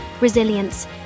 resilience